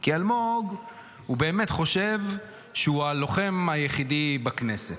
כי אלמוג הוא באמת חושב שהוא הלוחם היחיד בכנסת.